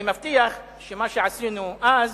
אני מבטיח שמה שעשינו אז